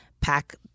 pack